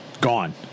Gone